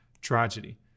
tragedy